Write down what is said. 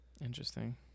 Interesting